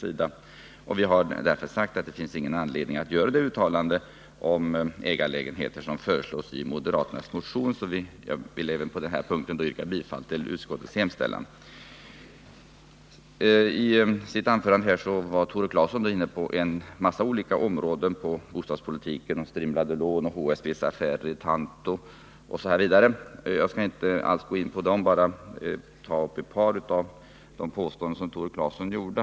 Därför har vi sagt att det inte finns någon anledning att göra det uttalande om ägarlägenheter som föreslås i moderaternas motion, och vi vill även på den här punkten yrka bifall till utskottets hemställan. I sitt anförande var Tore Claeson inne på en mängd olika områden av bostadspolitiken. Det gällde strimlade lån, HSB:s affärer i Tanto osv. Jag skall inte gå vidare in på dem utan bara ta upp ett par av de påståenden som Tore Claeson gjorde.